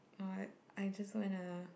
or I just wanna